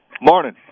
Morning